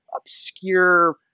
obscure